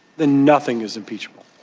then nothing is impeachment.